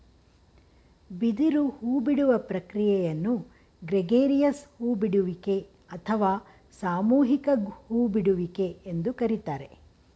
ಬಿದಿರು ಹೂಬಿಡುವ ಪ್ರಕ್ರಿಯೆಯನ್ನು ಗ್ರೆಗೇರಿಯಸ್ ಹೂ ಬಿಡುವಿಕೆ ಅಥವಾ ಸಾಮೂಹಿಕ ಹೂ ಬಿಡುವಿಕೆ ಎಂದು ಕರಿತಾರೆ